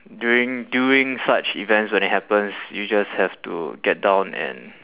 during doing such events when it happens you just have to get down and